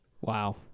Wow